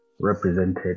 represented